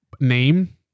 Name